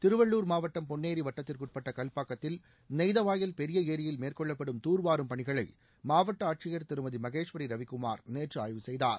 திருவள்ளூர் மாவட்டம் பொன்னேரி வட்டத்திற்குட்பட்ட கல்பாக்கத்தில் நெய்தவாயல் பெரிய ஏரியில் மேற்கொள்ளப்படும் தூர்வாரும் பணிகளை மாவட்ட ஆட்சியர் திருமதி மகேஸ்வரி ரவிக்குமார் நேற்று ஆய்வு செய்தார்